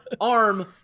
arm